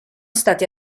stati